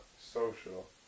social